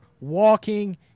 walking